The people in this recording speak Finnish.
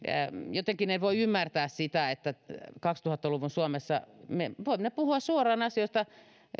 jotenkin en voi ymmärtää sitä kaksituhatta luvun suomessa me voimme puhua suoraan asioista